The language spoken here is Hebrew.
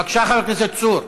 בבקשה, חבר הכנסת צור.